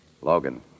Logan